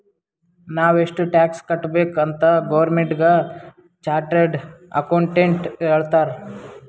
ನಾವ್ ಎಷ್ಟ ಟ್ಯಾಕ್ಸ್ ಕಟ್ಬೇಕ್ ಅಂತ್ ಗೌರ್ಮೆಂಟ್ಗ ಚಾರ್ಟೆಡ್ ಅಕೌಂಟೆಂಟ್ ಹೇಳ್ತಾರ್